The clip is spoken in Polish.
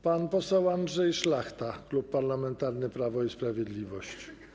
Pan poseł Andrzej Szlachta, Klub Parlamentarny Prawo i Sprawiedliwość.